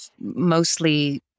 mostly